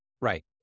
Right